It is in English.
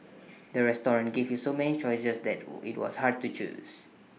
the restaurant gave so many choices that IT was hard to choose